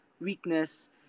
weakness